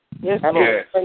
Yes